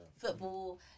football